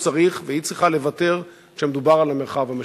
הוא צריך והיא צריכה לוותר כשמדובר על המרחב המשותף.